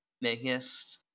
biggest